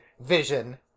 Vision